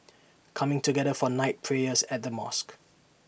coming together for night prayers at the mosque